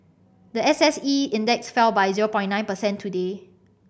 the S S E Index fell by zero point nine percent today